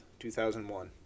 2001